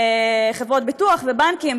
חברות ביטוח ובנקים,